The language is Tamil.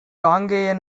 காங்கேய